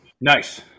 nice